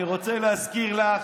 אני רוצה להזכיר לך,